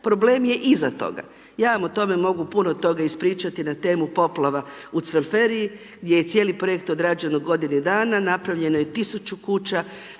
problem je iza toga. Ja vam o tome mogu puno toga ispričati na temu poplava u Cvelferiji gdje je cijeli projekt odrađen u godinu dana, napravljeno je tisuću kuća,